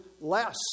less